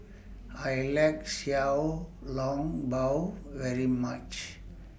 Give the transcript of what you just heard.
I like Xiao Long Bao very much